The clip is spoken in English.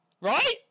Right